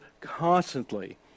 constantly